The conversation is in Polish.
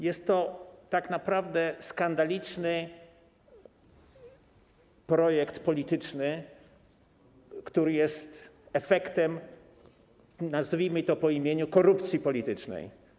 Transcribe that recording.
Jest to tak naprawdę skandaliczny projekt polityczny, który jest efektem, nazwijmy to po imieniu, korupcji politycznej.